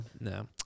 No